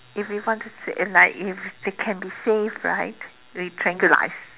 if we how to say like if they can be saved right we tranquilize